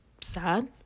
sad